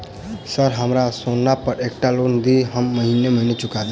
Sir हमरा सोना पर एकटा लोन दिऽ हम महीने महीने चुका देब?